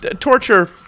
Torture